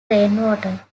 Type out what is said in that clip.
rainwater